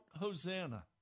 Hosanna